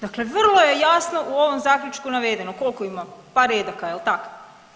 Dakle vrlo je jasno u ovom Zaključku navedeno koliko ima, par redaka, je l' tak?